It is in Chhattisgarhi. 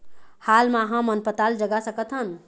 हाल मा हमन पताल जगा सकतहन?